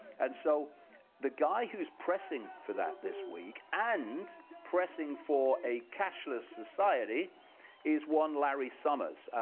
and so the guy who's pressing for that this week and pressing for a cashless society is one larry summers,